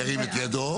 ירים את ידו.